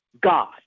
God